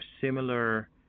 similar